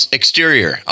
exterior